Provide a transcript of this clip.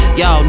yo